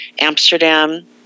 Amsterdam